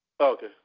Okay